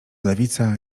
lewica